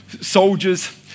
soldiers